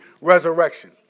resurrection